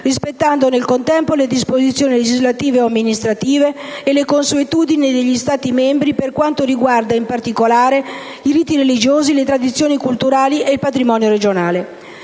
rispettando nel contempo le disposizioni legislative o amministrative e le consuetudini degli Stati membri per quanto riguarda, in particolare, i riti religiosi, le tradizioni culturali e il patrimonio regionale».